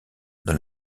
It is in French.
dans